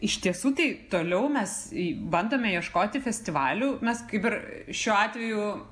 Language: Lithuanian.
iš tiesų tai toliau mes bandome ieškoti festivalių mes kaip ir šiuo atveju